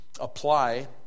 apply